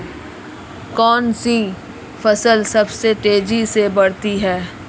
कौनसी फसल सबसे तेज़ी से बढ़ती है?